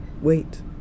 Wait